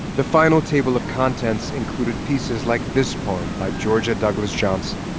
the final table of contents included pieces like this poem by georgia douglas johnson,